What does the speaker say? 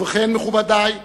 ובכן, מכובדי,